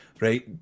right